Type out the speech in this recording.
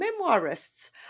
memoirists